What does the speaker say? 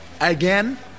Again